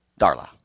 Darla